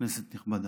כנסת נכבדה,